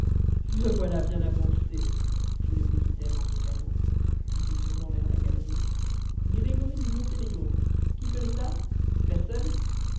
voilà bien avancé fit le militaire en ricanant puis se tournant vers la galerie grégory du monténégro qui connaît ça personne